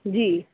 जी